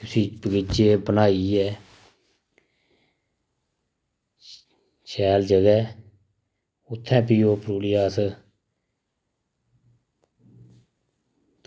ते उसी बगीचे गी बनाइयै शैल जगह ते उत्थें भी ओह् अस